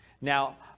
Now